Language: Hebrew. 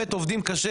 באמת עובדים קשה